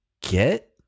get